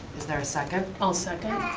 is there a second? i'll second.